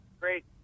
great